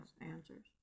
answers